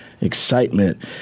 excitement